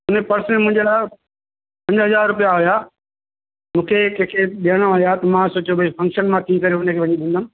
हुन पर्स में मुंहिंजे ना पंज हज़ार रुपया हुया मूंखे कंहिंखे ॾियणो हुया त मां सोचियो बई फंक्शन मां थी करे हुन खे वञी ॾींदमि